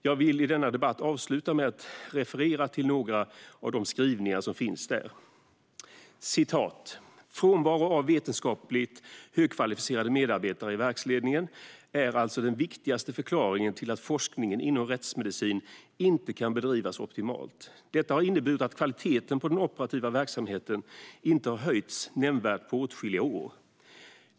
Jag vill avsluta denna debatt med att referera till några av de skrivningar som finns där: "Frånvaron av vetenskapligt högkvalificerade medarbetare i verksledningen är alltså den viktigaste förklaringen till att forskning inom rättsmedicin inte kan bedrivas optimalt. Detta har inneburit att kvaliteten på den operativa verksamheten inte har höjts nämnvärt på åtskilliga år.